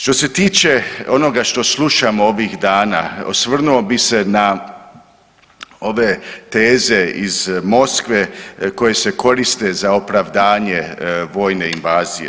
Što se tiče onoga što slušamo ovih dana osvrnuo bih se na ove teze iz Moskve koje se koriste za opravdanje vojne invazije.